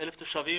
אם אני לא טועה,